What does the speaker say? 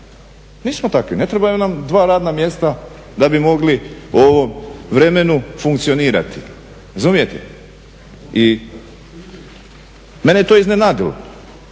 Nismo takvi, ne trebaju nam dva radna mjesta da bi mogli u ovom vremenu funkcionirati. Razumijete. I mene je to iznenadilo.